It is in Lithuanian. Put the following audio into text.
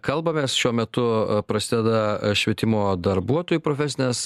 kalbamės šiuo metu prasideda švietimo darbuotojų profesinės